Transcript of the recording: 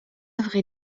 vrai